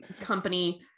company